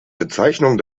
bezeichnung